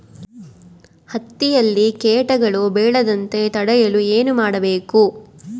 ಹತ್ತಿಯಲ್ಲಿ ಕೇಟಗಳು ಬೇಳದಂತೆ ತಡೆಯಲು ಏನು ಮಾಡಬೇಕು?